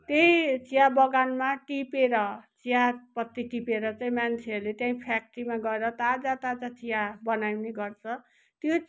त्यही चिया बगानमा टिपेर चियापत्ती टिपेर चाहिँ मान्छेहरूले त्यही फ्याक्ट्रीमा गएर ताजा ताजा चिया बनाउने गर्छ त्यो